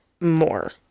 more